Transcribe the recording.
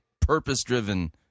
purpose-driven